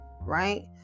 right